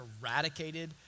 eradicated